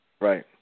Right